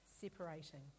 separating